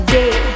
day